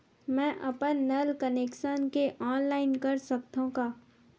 मैं अपन नल कनेक्शन के ऑनलाइन कर सकथव का?